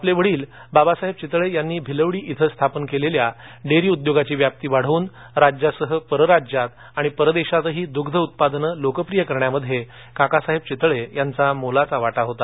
आपले वडील बाबासाहेब चितळे यांनी भिलवडी इथं स्थापन केलेल्या डेअरी उद्योगाची व्याप्ती वाढवून राज्यासह परराज्यात आणि परदेशातही ही दुध्ध उत्पादनं लोकप्रिय करण्यामध्ये काकासाहेब चितळे यांचा मोलाचा वाटा होता